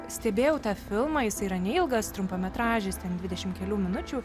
stebėjau tą filmą jisai yra neilgas trumpametražis ten dvidešim kelių minučių